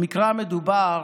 במקרה המדובר,